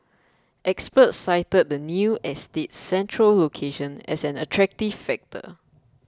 experts cited the new estate's central location as an attractive factor